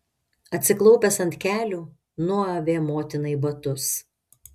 atsiklaupęs ant kelių nuavė motinai batus